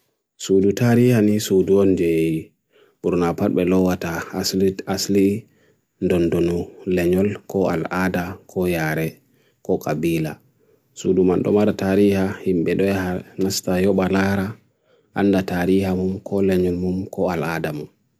Suudu tariya ni suudu anjei, burunapad belawata asli asli dondunu lenyal ko alada ko yare ko kabila. Suudu mando mara tariya himbedweha nastayo balahara, anda tariya mum ko lenyal mum ko alada mum.